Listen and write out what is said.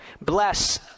Bless